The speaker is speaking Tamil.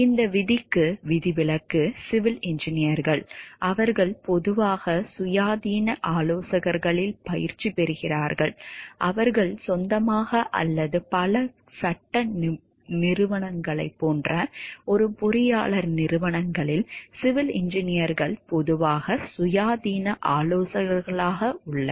இந்த விதிக்கு விதிவிலக்கு சிவில் இன்ஜினியர்கள் அவர்கள் பொதுவாக சுயாதீன ஆலோசகர்களில் பயிற்சி செய்கிறார்கள் அவர்கள் சொந்தமாக அல்லது பல சட்ட நிறுவனங்களைப் போன்ற ஒரு பொறியாளர் நிறுவனங்களில் சிவில் இன்ஜினியர்கள் பொதுவாக சுயாதீன ஆலோசகர்களாக உள்ளனர்